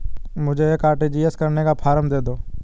मुझे एक आर.टी.जी.एस करने का फारम दे दो?